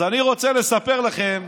אז אני רוצה לספר לכם